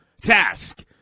task